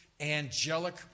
angelic